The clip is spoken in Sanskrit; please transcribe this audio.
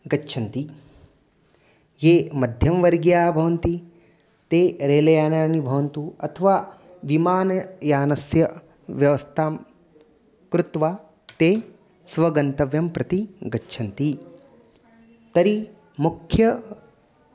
गच्छन्ति ये मध्यमवर्गीयाः भवन्ति ते रेलयानानि भवन्तु अथवा विमानयानस्य व्यवस्थां कृत्वा ते स्वगन्तव्यं प्रति गच्छन्ति तर्हि मुख्यं